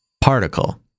particle